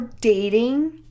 dating